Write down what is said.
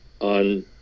On